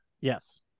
Yes